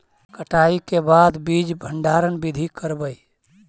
कटाई के बाद बीज भंडारन बीधी करबय?